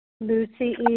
Lucy